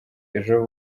ejo